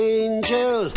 angel